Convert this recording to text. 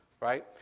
right